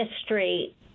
history